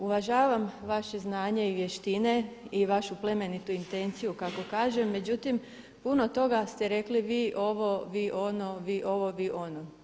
Uvažavam vaše znanje i vještine i vašu plemenitu intenciju kako kažete međutim puno toga ste rekli vi ovo, vi ono, vi ovo, vi ono.